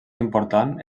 important